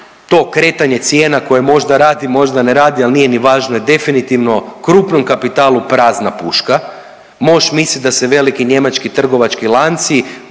to kretanje cijena koje možda radi, možda ne radi, ali nije ni važno je definitivno krupnom kapitalu prazna puška. Moš mislit da se veliki njemački trgovački lanci